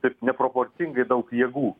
taip neproporcingai daug jėgų